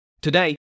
Today